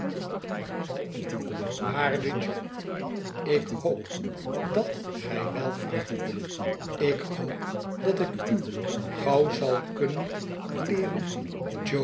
jo ik hop dat gij welvart ik hop dat ik u gauw zal kunnen leren